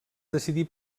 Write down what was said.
decidí